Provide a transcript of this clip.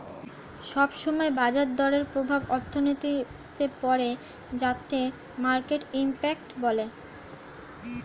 সব সময় বাজার দরের প্রভাব অর্থনীতিতে পড়ে যাকে মার্কেট ইমপ্যাক্ট বলে